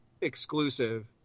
exclusive